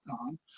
on